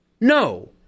No